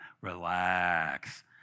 Relax